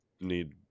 need